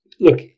Look